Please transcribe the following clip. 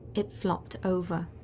it flopped over.